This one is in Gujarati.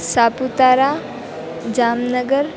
સાપુતારા જામનગર